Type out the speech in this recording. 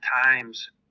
times